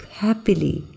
happily।